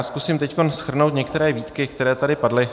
Zkusím teď shrnout některé výtky, které tady padly.